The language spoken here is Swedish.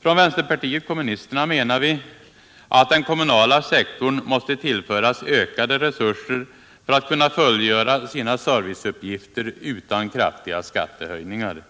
Från vänsterpartiet kommunisterna menar vi att den kommunala sektorn måste tillföras ökade resurser för att fullgöra sina serviceuppgifter utan kraftiga skattehöjningar.